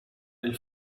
del